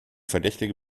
verdächtige